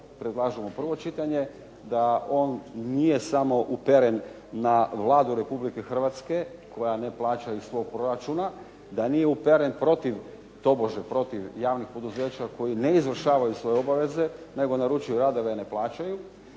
predlažemo prvo čitanje, da on nije samo uperen na Vladu Republike Hrvatske koja ne plaća iz svog proračuna, da nije uperen tobože protiv javnih poduzeća koji ne izvršavaju svoje obaveze, nego naručuju radove a ne plaćaju,